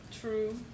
True